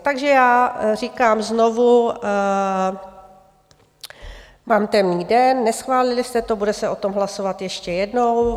Takže já říkám znovu, mám temný den, neschválili jste to, bude se o tom hlasovat ještě jednou.